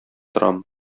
торам